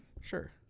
Sure